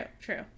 true